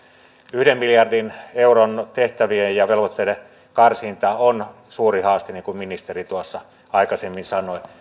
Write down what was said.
yhden miljardin euron tehtävien ja velvoitteiden karsinta on suuri haaste niin kuin ministeri aikaisemmin sanoi